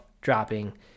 dropping